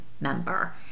member